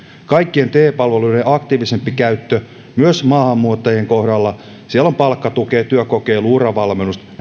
kaikkien te palveluiden aktiivisempi käyttö myös maahanmuuttajien kohdalla siellä on palkkatukea työkokeilua uravalmennusta